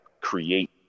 create